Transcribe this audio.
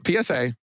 PSA